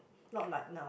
not like now